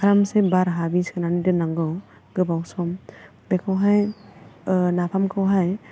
आरामसे बार हाबै सोनानै दोन्नांगौ गोबाव सम बेखौहाय नाफामखौहाय